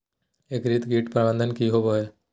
एकीकृत कीट प्रबंधन की होवय हैय?